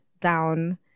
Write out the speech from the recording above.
down